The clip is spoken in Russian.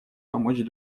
помочь